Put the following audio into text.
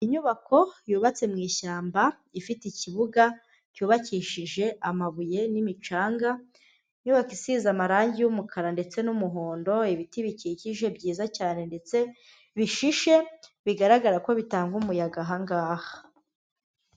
Inyubako yubatse mu ishyamba, ifite ikibuga cyubakishije amabuye n'imicanga, Inyubako isize amarangi y'umukara ndetse n'umuhondo, ibiti bikikije byiza cyane ndetse bishishe, bigaragara ko bitanga umuyaga aha ngaha.